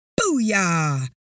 Booyah